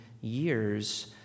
years